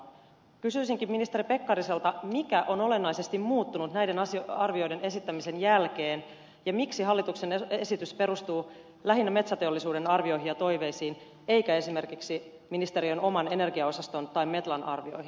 kysyisikin ministeri pekkariselta mikä on olennaisesti muuttunut näiden arvioiden esittämisen jälkeen ja miksi hallituksen esitys perustuu lähinnä metsäteollisuuden arvioihin ja toiveisiin eikä esimerkiksi ministeriön oman energiaosaston tai metlan arvioihin